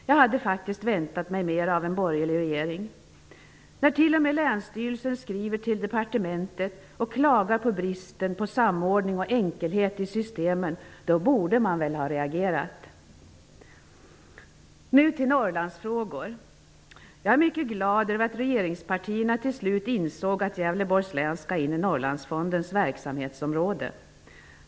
Jag hade faktiskt väntat mig mera av en borgerlig regering. När t.o.m. länsstyrelser skriver till departementet och klagar på bristen på samordning och enkelhet i systemen, borde man väl ha reagerat. Nu till Norrlandsfrågor. Jag är mycket glad över att regeringspartierna till slut insåg att Gävleborgs län skall in i Norrlandsfondens verksamhetsområde.